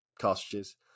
cartridges